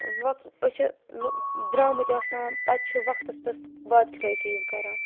وَ أسۍ چھِ لُہ درٛامٕتۍ آسان پَتہٕ چھِ وَقتَس پٮ۪ٹھ وادٕ خِلٲفی یِم کَران